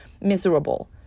miserable